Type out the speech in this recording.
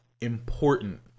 important